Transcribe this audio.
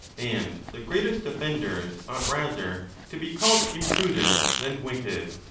and the greatest offenders ought rather to be called imprudent than wicked.